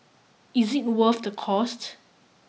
is it worth the cost